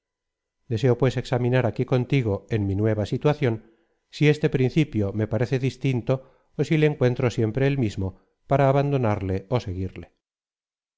deseo pues examinar aquí contigo en mi nueva situación si este principio me parece distinto ó si le encuentro siempre el mismo para abandonarle ó seguirle